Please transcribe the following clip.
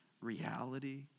reality